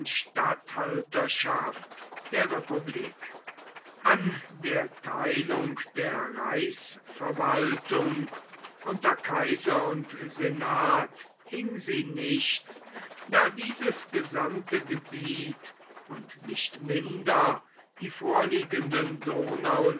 statthalterschaft der republik an der teilung der reichsverwaltung unter kaiser und senat hing sie nicht da dieses gesamte gebiet und nicht minder die vorliegenden